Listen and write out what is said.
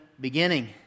beginning